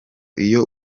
iyo